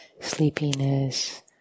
sleepiness